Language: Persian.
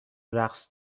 رقص